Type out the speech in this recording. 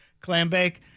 Clambake